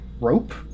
rope